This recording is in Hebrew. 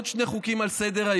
עוד שני חוקים על סדר-היום,